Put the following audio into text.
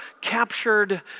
captured